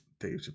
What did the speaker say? Dave